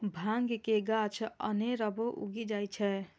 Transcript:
भांग के गाछ अनेरबो उगि जाइ छै